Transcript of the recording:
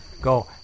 go